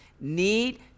need